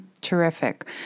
Terrific